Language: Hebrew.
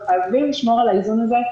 וחייבים לשמור על האיזון הזה.